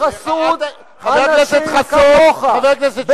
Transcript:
בחסות אנשים כמוך, חבר הכנסת חסון.